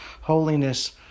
holiness